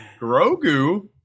Grogu